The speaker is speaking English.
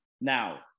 now